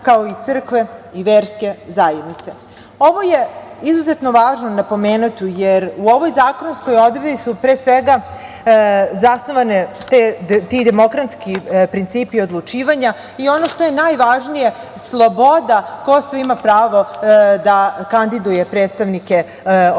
kao i crkve i verske zajednice. Ovo je izuzetno važno napomenuti, jer u ovoj zakonskoj odredbi su, pre svega, zasnovani ti demokratski principi odlučivanja i ono što je najvažnije, sloboda ko sve ima pravo da kandiduje predstavnike članova